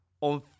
on